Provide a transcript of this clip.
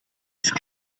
ist